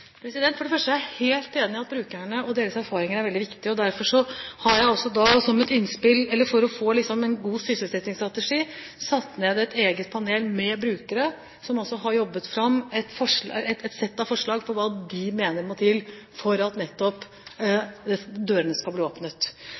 For det første er jeg helt enig i at brukerne og deres erfaringer er veldig viktige, og derfor har jeg også da som et innspill, for å få en god sysselsettingsstrategi, satt ned et eget panel med brukere, som har jobbet fram et sett av forslag på hva de mener må til for at nettopp dørene skal bli